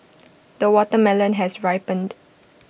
the watermelon has ripened